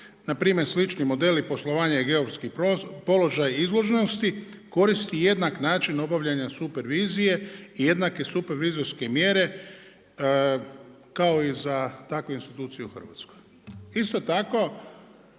npr. slični modeli poslovanja i europski položaj izložnosti koristi jednak način obavljanja supervizije i jednake supervizroske mjere kao i za takve institucije u Hrvatskoj. Isto tako